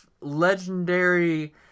legendary